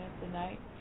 tonight